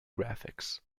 graphics